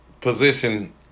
position